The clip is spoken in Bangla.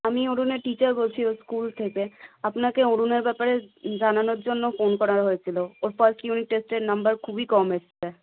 আমি অরুণের টিচার বলছি ওর স্কুল থেকে আপনাকে অরুণের ব্যাপারে জানানোর জন্য ফোন করা হয়েছিলো ওর ফাস্ট ইউনিট টেস্টের নাম্বার খুবই কম এসছে